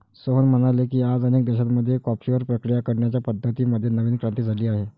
सोहन म्हणाले की, आज अनेक देशांमध्ये कॉफीवर प्रक्रिया करण्याच्या पद्धतीं मध्ये नवीन क्रांती झाली आहे